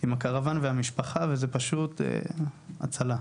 עם הקרוואן והמשפחה וזה פשוט הצלה.